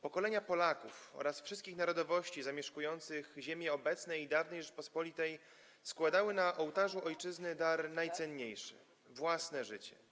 Pokolenia Polaków oraz wszystkich narodowości zamieszkujących ziemie obecnej i dawnej Rzeczypospolitej składały na ołtarzu ojczyzny dar najcenniejszy: własne życie.